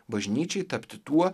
bažnyčiai tapti tuo